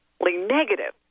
negative